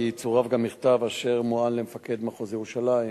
כי צורף גם מכתב אשר מוען למפקד מחוז ירושלים